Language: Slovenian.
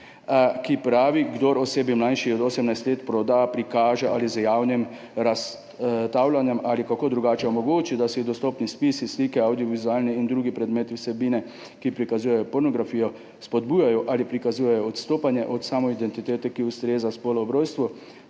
pravi: »Kdor osebi, mlajši od osemnajst let, proda, prikaže ali z javnim razstavljanjem ali kako drugače omogoči, da so ji dostopni spisi, slike, avdiovizualni in drugi predmeti vsebine, ki prikazujejo pornografijo, spodbujajo ali prikazujejo odstopanje od samoidentitete, ki ustreza spolu ob rojstvu,